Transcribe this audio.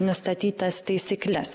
nustatytas taisykles